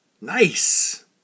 Nice